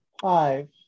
Five